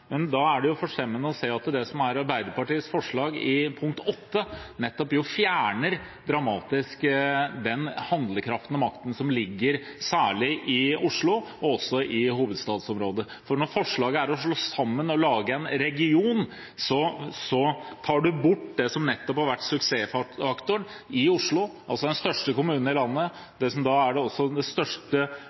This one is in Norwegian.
men også i hovedstadsområdet. For når forslaget er å slå sammen fylkeskommunene og lage en region, tar man bort nettopp det som har vært suksessfaktoren i Oslo – altså den største kommunen i landet, og også det største